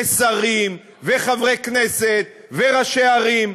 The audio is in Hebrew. ושרים, וחברי כנסת וראשי ערים.